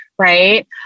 Right